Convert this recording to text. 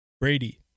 Brady